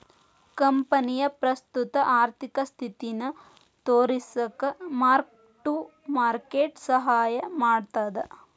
ಕಂಪನಿಯ ಪ್ರಸ್ತುತ ಆರ್ಥಿಕ ಸ್ಥಿತಿನ ತೋರಿಸಕ ಮಾರ್ಕ್ ಟು ಮಾರ್ಕೆಟ್ ಸಹಾಯ ಮಾಡ್ತದ